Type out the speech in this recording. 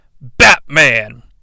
Batman